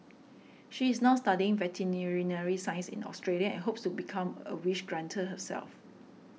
she is now studying veterinary science in Australia and hopes to become a wish granter herself